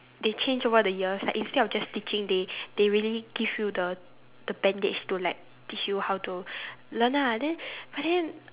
they change over the years like instead of just teaching they they really give you the the bandage to like teach you how to learn ah then but then